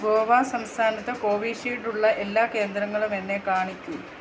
ഗോവ സംസ്ഥാനത്ത് കോവിഷീൽഡുള്ള എല്ലാ കേന്ദ്രങ്ങളും എന്നെ കാണിക്കൂ